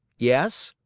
yes,